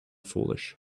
foolish